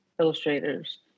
illustrators